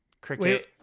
Cricket